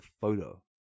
photo